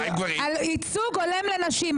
על ייצוג הולם לנשים.